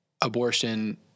abortion